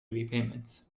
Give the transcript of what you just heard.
repayments